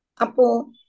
Apo